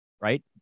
right